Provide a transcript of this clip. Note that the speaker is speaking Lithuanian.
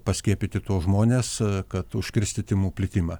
paskiepyti tuos žmones kad užkirsti tymų plitimą